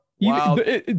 Wow